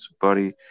Buddy